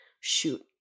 Shoot